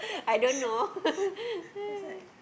I don't know